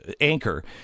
anchor